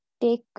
take